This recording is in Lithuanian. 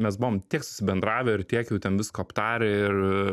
mes buvom tiek susibendravę ir tiek jau ten visko aptarę ir